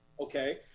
okay